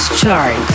Chart